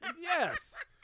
Yes